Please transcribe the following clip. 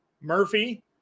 Murphy